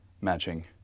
matching